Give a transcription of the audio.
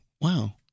wow